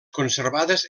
conservades